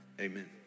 amen